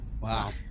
Wow